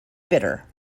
bitter